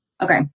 Okay